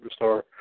superstar